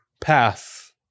path